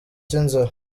cy’inzara